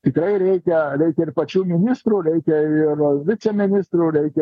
tikrai reikia reikia ir pačių ministrų reikia ir viceministrų reikia